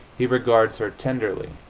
he regards her tenderly,